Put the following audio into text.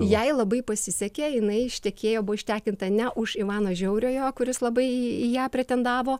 jai labai pasisekė jinai ištekėjo buvo ištekinta ne už ivano žiauriojo kuris labai į ją pretendavo